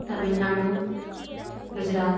Tamil Nadu Gujarat